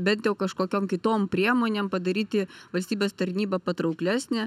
bent jau kažkokiom kitom priemonėm padaryti valstybės tarnybą patrauklesnę